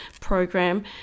program